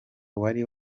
wari